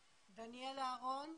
לכתוב אימייל הם לא יודעים,